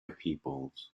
peoples